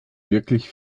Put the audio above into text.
wirklich